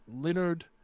Leonard